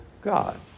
God